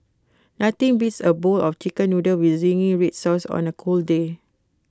nothing beats A bowl of Chicken Noodles with Zingy Red Sauce on A cold day